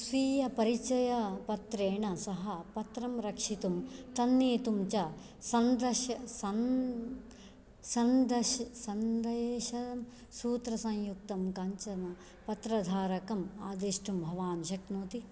स्वीयपरिचयपत्रेण सह पत्रं रक्षितुं तन्नेतुं च सन्दश सन् सन्दश सन्देशसूत्रसंयुक्तं काञ्चन पत्रधारकम् आदेष्टुं भवान् शक्नोति